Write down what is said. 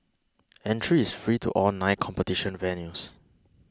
entry is free to all nine competition venues